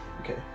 Okay